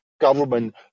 government